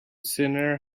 sinner